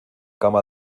cama